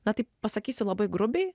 na taip pasakysiu labai grubiai